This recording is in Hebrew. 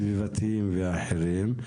סביבתיים ואחרים,